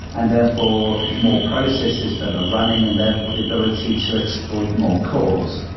and therefore, more processes that are running, and therefore the ability to exploit more cores.